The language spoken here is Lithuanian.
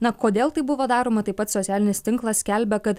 na kodėl tai buvo daroma tai pats socialinis tinklas skelbia kad